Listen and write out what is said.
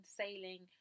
sailing